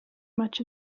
much